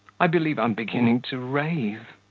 i believe i'm beginning to rave.